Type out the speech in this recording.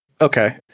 Okay